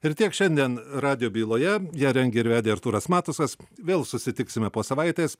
ir tiek šiandien radijo byloje ją rengė ir vedė artūras matusas vėl susitiksime po savaitės